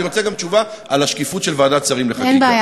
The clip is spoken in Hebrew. אני רוצה גם תשובה על השקיפות של ועדת שרים לחקיקה.